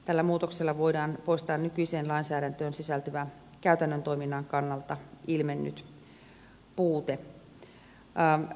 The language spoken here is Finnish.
tällä muutoksella voidaan poistaa nykyiseen lainsäädäntöön sisältyvä käytännön toiminnan kannalta ilmennyt puute